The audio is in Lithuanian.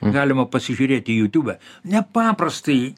galima pasižiūrėti jutiūbe nepaprastai